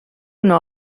una